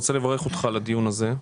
אני רוצה לברך אותך על הדיון הזה.